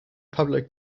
public